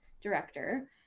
director